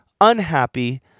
unhappy